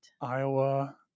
iowa